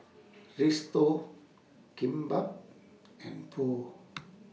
Risotto Kimbap and Pho